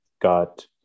got